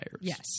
Yes